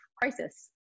crisis